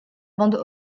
bande